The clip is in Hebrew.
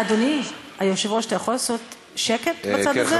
אדוני היושב-ראש, אתה יכול לעשות שקט בצד הזה?